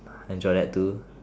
enjoy that too